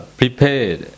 prepared